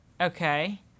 okay